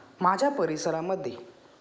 माझ्या परिसरामध्ये